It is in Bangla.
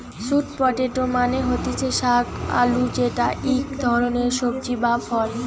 স্যুট পটেটো মানে হতিছে শাক আলু যেটা ইক ধরণের সবজি বা ফল